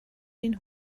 den